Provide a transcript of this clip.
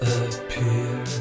appear